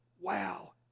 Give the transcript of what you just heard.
wow